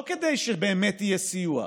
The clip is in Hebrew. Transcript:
לא כדי שבאמת יהיה סיוע,